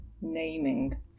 naming